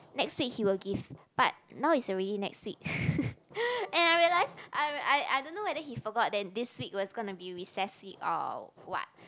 next week he will give but now is already next week and I realise I I I don't know whether he forgot that this week was gonna be recess week or what